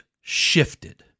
shifted